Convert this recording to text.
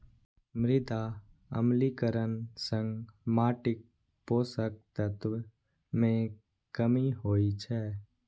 मृदा अम्लीकरण सं माटिक पोषक तत्व मे कमी होइ छै